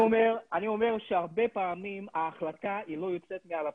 אני אומר שהרבה פעמים ההחלטה לא יוצאת מהלפ"מ,